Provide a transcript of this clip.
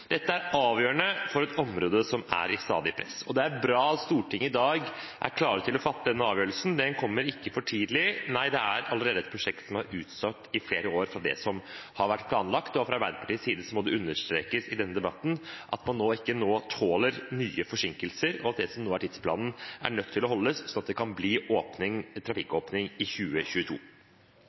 Dette er avgjørende for et område som er under stadig press, og det er bra at Stortinget i dag er klar til å fatte denne avgjørelsen. Den kommer ikke for tidlig; dette er et prosjekt som allerede har vært utsatt i flere år i forhold til det som har vært planlagt. Fra Arbeiderpartiets side må det understrekes i denne debatten at man nå ikke tåler nye forsinkelser, og at det som nå er tidsplanen, er nødt til å holdes, slik at det kan bli trafikkåpning i 2022.